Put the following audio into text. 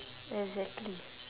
exactly